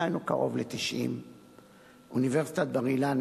דהיינו קרוב ל-90%; אוניברסיטת בר-אילן,